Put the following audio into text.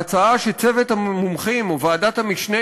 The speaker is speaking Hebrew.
ההצעה של צוות המומחים וועדת המשנה